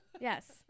Yes